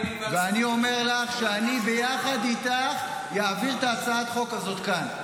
ואני אומר לך שאני ביחד איתך אעביר את ההצעה הזאת כאן.